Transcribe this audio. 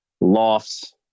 lofts